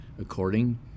according